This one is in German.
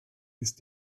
ist